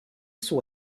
saw